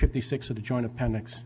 fifty six of the joint appendix